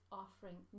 offering